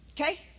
Okay